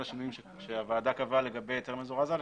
את כל השינויים שהוועדה קבעה לגבי הסדר מזורז א'.